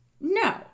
No